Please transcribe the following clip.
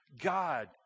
God